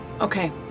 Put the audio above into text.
Okay